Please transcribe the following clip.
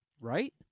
Right